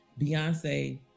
Beyonce